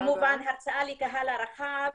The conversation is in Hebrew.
כמובן הרצאות לקהל הרחב,